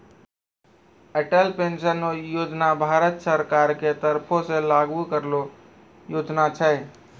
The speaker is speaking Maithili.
अटल पेंशन योजना भारत सरकारो के तरफो से लागू करलो योजना छै